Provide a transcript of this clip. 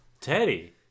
Teddy